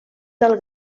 del